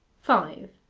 five.